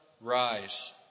rise